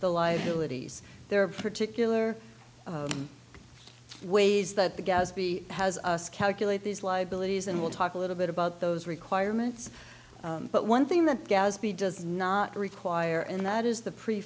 the liabilities there are particular ways that the gaz be has calculate these liabilities and we'll talk a little bit about those requirements but one thing that gaspy does not require and that is the pre